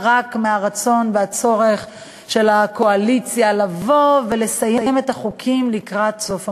מהרצון והצורך של הקואליציה לבוא ולסיים את החוקים לקראת סוף המושב.